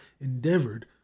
endeavored